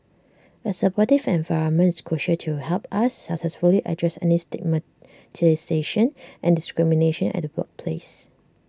A supportive environment is crucial to help us successfully address any stigmatisation and discrimination at the workplace